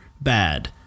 bad